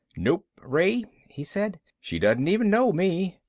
nope, ray, he said, she doesn't even know me.